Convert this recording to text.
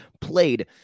played